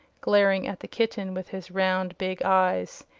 glaring at the kitten with his round, big eyes.